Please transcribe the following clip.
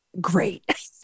great